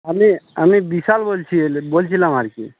আমি আমি বিশাল বলছি বলছিলাম আর কি